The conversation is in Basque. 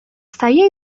zaila